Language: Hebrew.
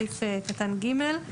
סעיף קטן (ג).